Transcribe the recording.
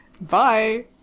Bye